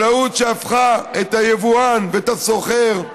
מדינה שהפכה את היבואן ואת הסוחר,